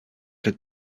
que